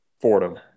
Fordham